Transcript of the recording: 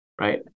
right